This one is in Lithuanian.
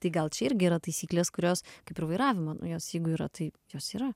tai gal čia irgi yra taisyklės kurios kaip ir vairavimo nuo jos jeigu yra taip jos yra